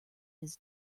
his